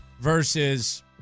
versus